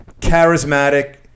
charismatic